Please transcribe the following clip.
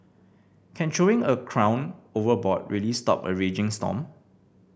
can throwing a crown overboard really stop a raging storm